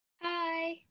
Hi